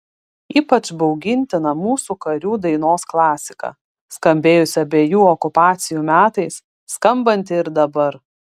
ypač baugintina mūsų karių dainos klasika skambėjusi abiejų okupacijų metais skambanti ir dabar